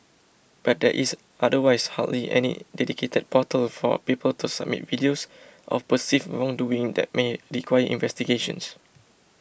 but there is otherwise hardly any dedicated portal for people to submit videos of perceived wrongdoing that may require investigations